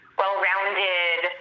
well-rounded